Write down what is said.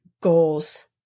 goals